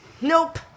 Nope